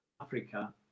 africa